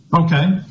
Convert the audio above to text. Okay